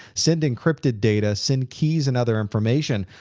sending crypted data, send keys and other information,